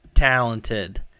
Talented